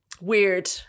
weird